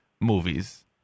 movies